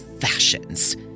Fashions